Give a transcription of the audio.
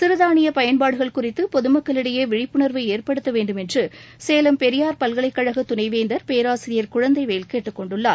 சிறுதானிய பயன்பாடுகள் குறித்து பொதுமக்களிடையே விழிப்புணர்வை ஏற்படுத்த வேண்டும் என்று சேலம் பெரியார் பல்கலைக்கழக துணைவேந்தர் பேராசிரியர் குழந்தைவேல் கேட்டுக்கொண்டுள்ளார்